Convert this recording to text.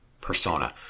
persona